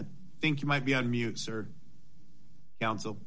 i think you might be a mute sir counsel